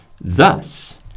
Thus